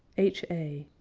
h a.